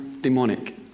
demonic